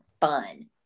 fun